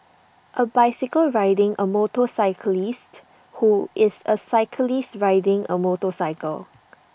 A bicycle riding A motorcyclist who is A cyclist riding A motorcycle